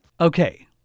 Okay